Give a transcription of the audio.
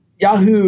Yahoo